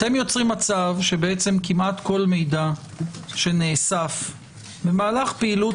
אתם יוצרים מצב שכמעט כל מידע שנאסף במהלך פעילות